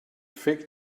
fig